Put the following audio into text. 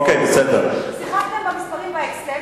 אלא אם כן שיחקתם במספרים ב"אקסל",